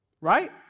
Right